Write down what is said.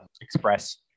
express